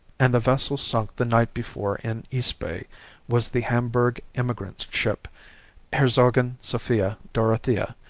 and the vessel sunk the night before in eastbay was the hamburg emigrant-ship herzogin sophia-dorothea,